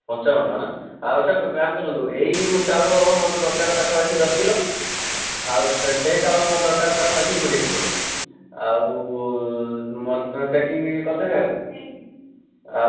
ପଞ୍ଚାବନ ଟଙ୍କା ନା ଆଉ କାମ କରନ୍ତୁ ଏଇ ଚାଉଳ ମୋର ଦରକାର ପାଖାପାଖି ଦଶ କିଲୋ ଆଉ ସେ ଚାଉଳ ମୋର ଦରକାର ପାଖାପାଖି କୋଡ଼ିଏ କିଲୋ ଆଉ ପ୍ୟାକିଙ୍ଗ୍ ବି କରିଦେବେ ଆଉ ଆଉ